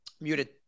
Muted